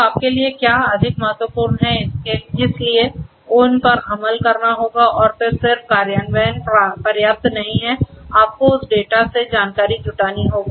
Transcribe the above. तो आपके लिए क्या अधिक महत्वपूर्ण है इसलिए उन पर अमल करना होगा और फिर सिर्फ कार्यान्वयन पर्याप्त नहीं है आपको उस डेटा से जानकारी जुटानी होगी